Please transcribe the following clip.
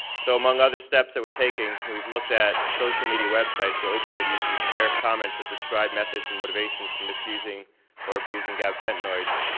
so among other steps that we're taking, we've looked at social media websites where opioid users share comments that describe methods and motivations for misusing or abusing gabapentinoids.